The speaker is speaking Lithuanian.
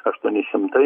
aštuoni šimtai